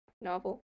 novel